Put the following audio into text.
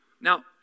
Now